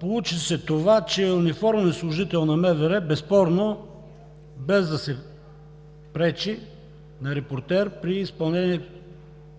Получи се това, че униформен служител на МВР безспорно